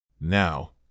Now